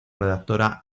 redactora